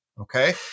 Okay